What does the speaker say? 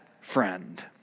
friend